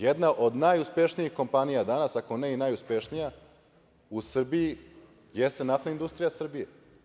Jedna od najuspešnijih kompanija danas, ako ne i najuspešnija u Srbiji jeste Naftna industrija Srbije.